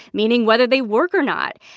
meaning whether they work or not.